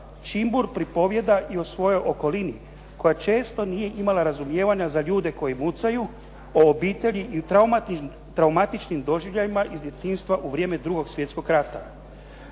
Čimbur pripovijeda i o svojoj okolini koja često nije imala razumijevanja za ljudi koji mucaju, o obitelji i traumatičnim doživljajima iz djetinjstva u vrijeme Drugog svjetskog rata.